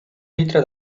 litre